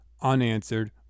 unanswered